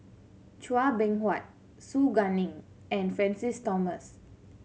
Chua Beng Huat Su Guaning and Francis Thomas